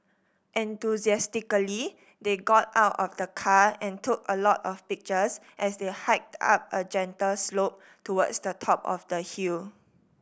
enthusiastically they got out of the car and took a lot of pictures as they hiked up a gentle slope towards the top of the hill